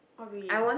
oh really